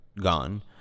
gone